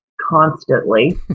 constantly